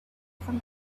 from